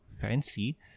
fancy